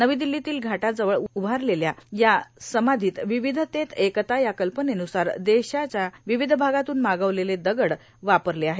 नवी दिल्लीत घाटाजवळ उभारलेल्या या समाधीत विविधतेत एकता या कल्पनेनुसार देशाच्या विविध भागातून मागवलेले दगड वापरले आहेत